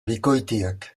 bikoitiak